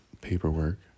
paperwork